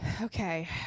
Okay